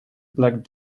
black